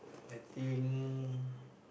I think